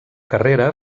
carrera